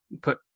put